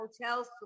hotels